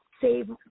save